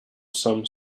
some